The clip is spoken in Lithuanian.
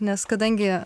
nes kadangi